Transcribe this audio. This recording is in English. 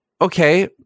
okay